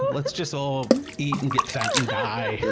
let's just all eat and get fat and die,